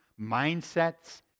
mindsets